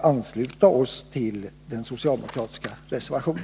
ansluta oss till den socialdemokratiska reservationen.